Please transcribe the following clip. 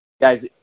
guys